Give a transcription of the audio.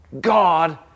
God